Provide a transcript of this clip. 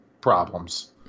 problems